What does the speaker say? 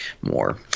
more